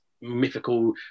mythical